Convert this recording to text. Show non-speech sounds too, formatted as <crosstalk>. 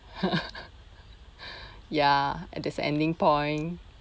<laughs> ya and there's a ending point